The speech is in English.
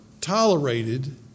tolerated